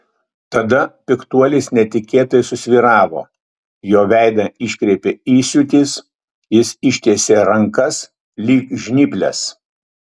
tada piktuolis netikėtai susvyravo jo veidą iškreipė įsiūtis jis ištiesė rankas lyg žnyples